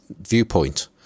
viewpoint